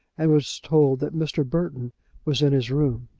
and was told that mr. burton was in his room.